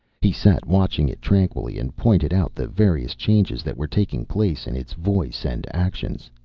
he sat watching it tranquilly, and pointed out the various changes that were taking place in its voice and actions.